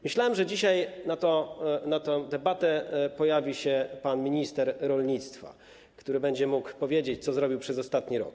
Myślałem, że dzisiaj na tej debacie pojawi się pan minister rolnictwa, który będzie mógł powiedzieć, co zrobił przez ostatni rok.